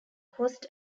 host